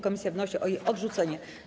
Komisja wnosi o jej odrzucenie.